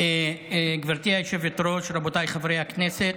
גברתי היושבת-ראש, רבותיי חברי הכנסת,